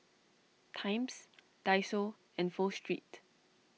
Times Daiso and Pho Street